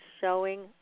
showing